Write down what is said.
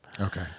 Okay